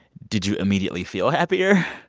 did you immediately feel happier?